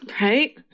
Right